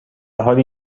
حالی